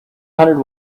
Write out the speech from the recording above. hundred